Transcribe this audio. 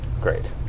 Great